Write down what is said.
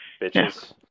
bitches